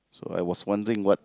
so I was wondering what